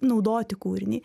naudoti kūrinį